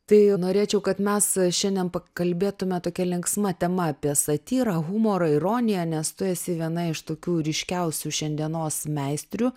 tai norėčiau kad mes šiandien pakalbėtume tokia linksma tema apie satyrą humorą ironiją nes tu esi viena iš tokių ryškiausių šiandienos meistrių